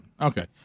Okay